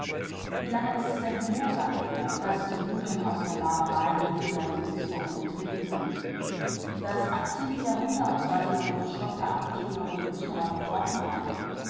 wie lange ist's denn her sagte er daß die juden aus der barbarei niedriger lebensformen getreten sind das achtzehnte jahrhundert sah sie noch in verstockter abkehr und düsterer verkrochenheit